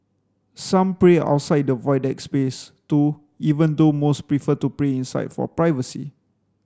some pray outside the Void Deck space too even though most prefer to pray inside for privacy